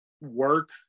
work